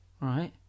Right